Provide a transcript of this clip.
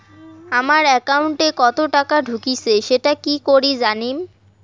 আমার একাউন্টে কতো টাকা ঢুকেছে সেটা কি রকম করি জানিম?